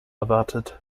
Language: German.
erwartet